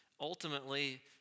ultimately